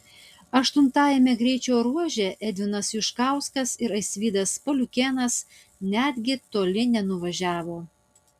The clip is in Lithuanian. aštuntajame greičio ruože edvinas juškauskas ir aisvydas paliukėnas netgi toli nenuvažiavo